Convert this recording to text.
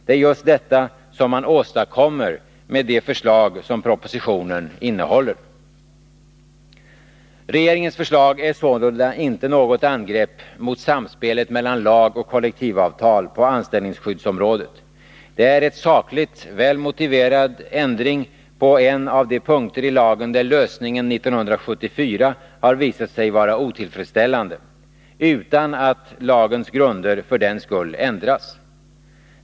Det är just detta som man åstadkommer med det förslag som propositionen innehåller. Regeringens förslag är sålunda inte något angrepp mot samspelet mellan lag och kollektivavtal på anställningsskyddsområdet. Det är en sakligt väl motiverad ändring på en av de punkter i lagen där lösningen 1974 har visat sig vara otillfredsställande, utan att lagens grunder för den skull ändras.